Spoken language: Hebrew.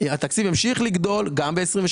התקציב ימשיך לגדול גם ב-26',